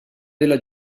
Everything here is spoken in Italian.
della